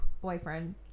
boyfriend